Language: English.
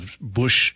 Bush